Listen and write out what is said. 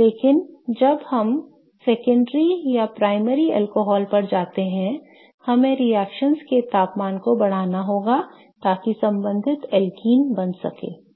लेकिन जब हम माध्यमिक या प्राथमिक अल्कोहल पर जाते हैं हमें रिएक्शनओं के तापमान को बढ़ाना होगा ताकि संबंधित एल्कीन बन सकें